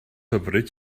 hyfryd